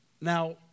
Now